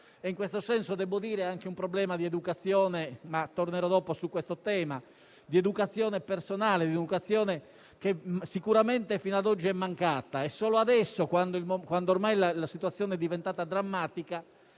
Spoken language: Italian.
In questo senso debbo dire che è anche un problema di educazione personale - tornerò dopo su questo tema - che sicuramente fino a oggi è mancata. Solo adesso, quando ormai la situazione è diventata drammatica,